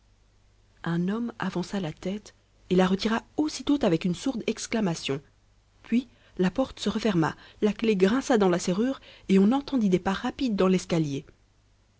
un homme avança la tête et la retira aussitôt avec une sourde exclamation puis la porte se referma la clé grinça dans la serrure et on entendit des pas rapides dans l'escalier